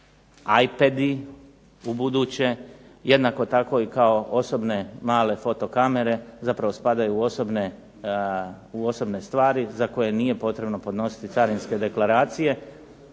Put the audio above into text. Itedi ubuduće jednako tako kao i osobne male fotokamere zapravo spadaju u osobne stvari za koje nije potrebno podnositi carinske deklaracije